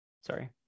Sorry